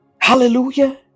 Hallelujah